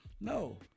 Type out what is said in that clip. no